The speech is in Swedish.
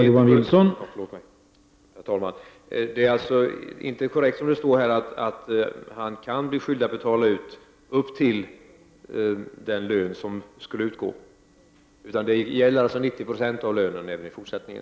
Herr talman! Det är alltså inte korrekt, som det står här, att han kan bli skyldig att betala ut upp till den lön som skulle ha utgått, utan även i fortsättningen endast 90 96?